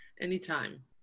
anytime